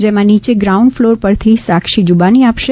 જેમાં નીચે ground floor પરથી સાક્ષી જૂબાની આપશે